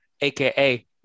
aka